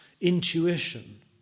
intuition